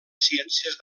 ciències